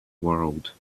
world